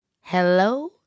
Hello